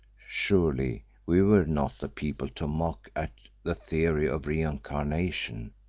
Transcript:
surely we were not the people to mock at the theory of re-incarnation,